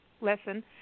lesson